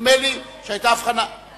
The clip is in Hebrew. על עזה, אירוע יותר טראומטי.